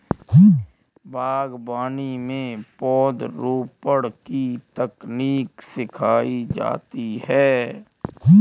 बागवानी में पौधरोपण की तकनीक सिखाई जाती है